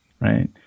right